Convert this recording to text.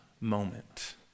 moment